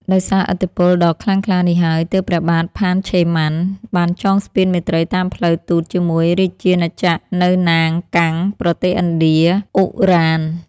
ដោយសារឥទ្ធិពលដ៏ខ្លាំងក្លានេះហើយ ទើបព្រះបាទ ផាន ឆេម៉ាន់ បានចងស្ពានមេត្រីតាមផ្លូវទូតជាមួយរាជាណាចក្រ នៅ ណាង កាំង ប្រទេសឥណ្ឌា អ៊ុ រ៉ាន។